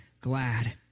glad